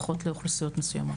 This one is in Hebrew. לפחות לאוכלוסיות מסוימת.